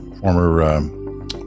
former